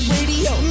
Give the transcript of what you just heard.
Radio